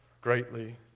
greatly